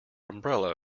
umbrella